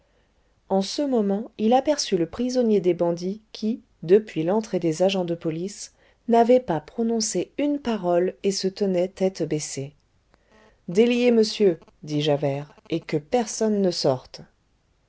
en ce moment il aperçut le prisonnier des bandits qui depuis l'entrée des agents de police n'avait pas prononcé une parole et se tenait tête baissée déliez monsieur dit javert et que personne ne sorte